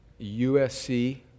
USC